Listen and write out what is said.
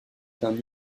d’un